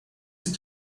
است